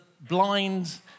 blind